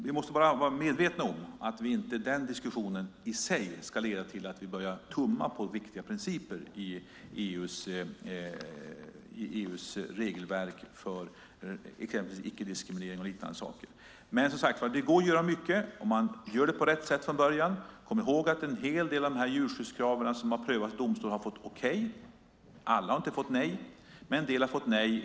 Vi måste bara vara medvetna om att den diskussionen i sig inte får leda till att vi börjar tumma på viktiga principer i EU:s regelverk för icke-diskriminering och liknande saker. Men det går att göra mycket, som sagt, om man gör det på rätt sätt från början. Kom ihåg att en hel del av de djurskyddskrav som har prövats i domstol har fått okej. Alla har inte fått nej, men en del har fått nej.